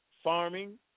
Farming